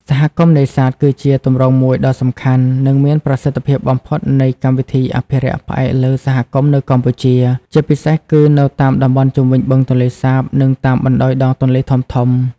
សហគមន៍នេសាទ គឺជាទម្រង់មួយដ៏សំខាន់ និងមានប្រសិទ្ធភាពបំផុតនៃកម្មវិធីអភិរក្សផ្អែកលើសហគមន៍នៅកម្ពុជា ជាពិសេសគឺនៅតាមតំបន់ជុំវិញបឹងទន្លេសាប និងតាមបណ្ដោយដងទន្លេធំៗ។